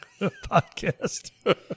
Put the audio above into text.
podcast